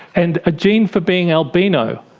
and a gene for being albino.